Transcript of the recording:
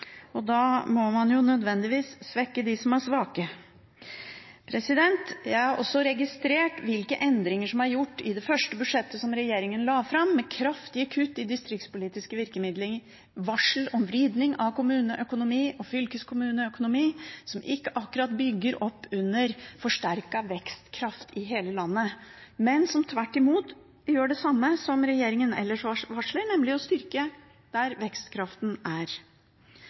før. Da må man nødvendigvis svekke de som er svake. Jeg har også registrert hvilke endringer som er gjort i det første budsjettet som regjeringen la fram, med kraftige kutt i distriktspolitiske virkemidler, varsel om vridning av kommuneøkonomi og fylkeskommuneøkonomi, noe som ikke akkurat bygger opp under forsterket vekstkraft i hele landet, men som tvert imot gjør det samme som regjeringen ellers varsler, nemlig å styrke vekstkraften der den er.